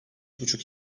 buçuk